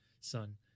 son